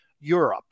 Europe